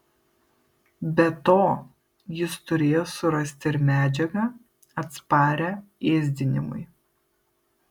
be to jis turėjo surasti ir medžiagą atsparią ėsdinimui